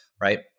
right